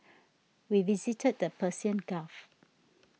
we visited the Persian Gulf